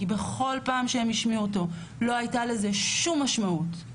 כי בכל פעם שהם השמיעו אותו לא הייתה לזה שום משמעות,